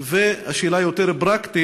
4. והשאלה היותר-פרקטית,